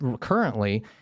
currently